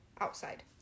outside